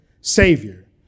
Savior